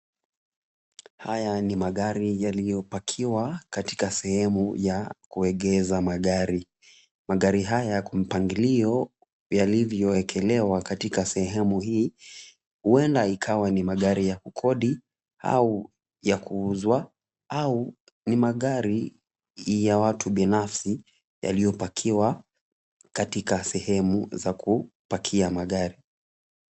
Haya ni magari yaliyo pakiwa katika sehemu ya kuegeza magari. Magari haya yako mpangilio yalivyo ekelewa katika sehemu hii. Huenda ikiwa ni magari ya kukodi au ya kuuzwa au ni magari ya watu binafsi yaliyo pakiwa katika sehemu za kupakia magari.